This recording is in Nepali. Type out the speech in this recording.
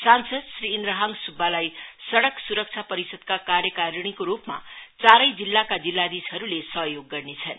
सांसद श्री इन्द्रहाङ सुब्बालाई सइक सुरक्षा परिषड़का कार्यकारीणीको रुपमा चारै जिल्लाका जिल्लाधीशहरुले सहयोग गर्नेछन्